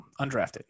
undrafted